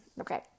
okay